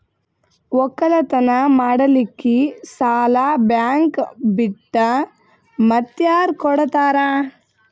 ಒಕ್ಕಲತನ ಮಾಡಲಿಕ್ಕಿ ಸಾಲಾ ಬ್ಯಾಂಕ ಬಿಟ್ಟ ಮಾತ್ಯಾರ ಕೊಡತಾರ?